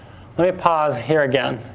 let me pause here again.